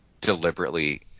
deliberately